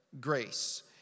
grace